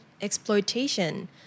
exploitation